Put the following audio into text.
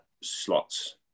slots